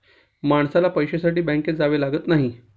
माणसाला पैशासाठी बँकेत जावे लागत नाही